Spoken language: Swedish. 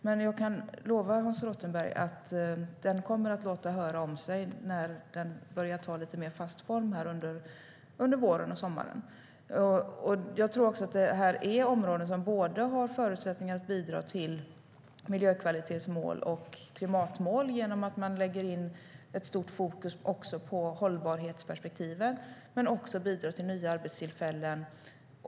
Men jag kan lova Hans Rothenberg att den kommer att låta tala om sig när den börjar ta lite mer fast form under våren och sommaren. Det här är områden som har förutsättningar för att bidra till miljökvalitetsmål och klimatmål genom att man lägger stort fokus även på hållbarhetsperspektivet. Men de kan också bidra till nya arbetstillfällen.